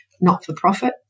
not-for-profit